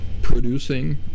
Producing